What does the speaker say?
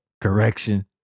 Correction